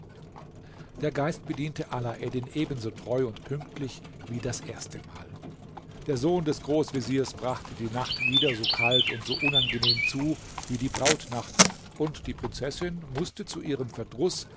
der geist bediente alaeddin ebenso treu und pünktlich wie das erste mal der sohn des großveziers brachte die nacht wieder so kalt und so unangenehm zu wie die brautnacht und die prinzessin mußte zu ihrem verdruß